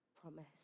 promise